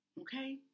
Okay